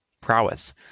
prowess